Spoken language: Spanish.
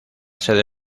sede